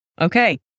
Okay